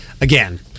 again